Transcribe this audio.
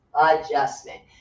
adjustment